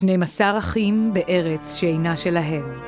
שנים עשר אחים בארץ שאינה שלהם.